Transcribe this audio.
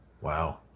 Wow